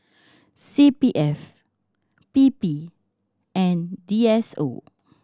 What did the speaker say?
C P F P P and D S O